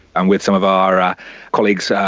and with some of our colleagues, ah